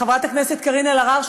לחברת הכנסת קארין אלהרר,